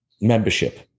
membership